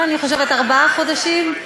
אני חושבת ארבעה חודשים,